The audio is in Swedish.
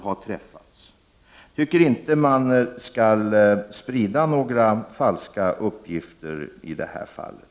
Jag tycker att man inte skall sprida några falska uppgifter i det här fallet.